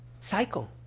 cycle